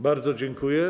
Bardzo dziękuję.